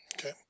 Okay